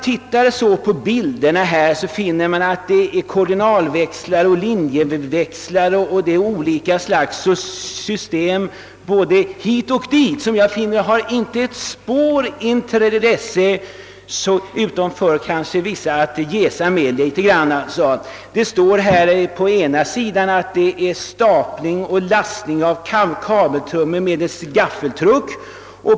Tittar man på bilderna, finner man koordinatväxlar, linjeväxlar och olika slags system, som jag inte kan finna ha ett spår intresse, utan vilka endast torde ha tillkommit för att skryta med. På en sida ser man en bild av stapling och lastning av kabeltrummor medelst gaffeltruck.